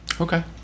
Okay